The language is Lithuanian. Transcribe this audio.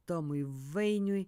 tomui vainiui